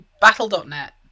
Battle.net